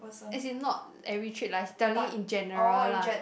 as in not every trip lah he's telling in general lah